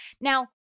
Now